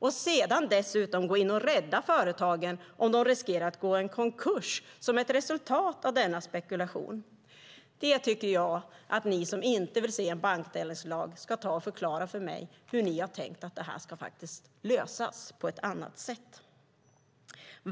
och sedan dessutom gå in och rädda företagen om de riskerar att gå i konkurs som ett resultat av denna spekulation. Det tycker jag att ni som inte vill se en bankdelningslag ska ta och förklara för mig hur ni har tänkt lösa.